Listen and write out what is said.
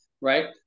right